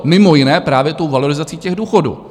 Mimo jiné právě tou valorizací těch důchodů.